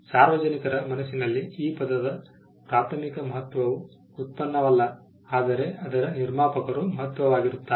ಸಾರ್ವಜನಿಕರ ಮನಸ್ಸಿನಲ್ಲಿ ಈ ಪದದ ಪ್ರಾಥಮಿಕ ಮಹತ್ವವು ಉತ್ಪನ್ನವಲ್ಲ ಆದರೆ ಆದರ ನಿರ್ಮಾಪಕರು ಮಹತ್ವವಾಗಿರುತ್ತಾರೆ